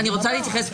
אני רוצה להתייחס.